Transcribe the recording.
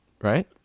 Right